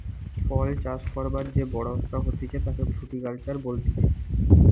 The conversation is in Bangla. ফল চাষ করবার যে বড় ব্যবসা হতিছে তাকে ফ্রুটিকালচার বলতিছে